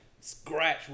scratch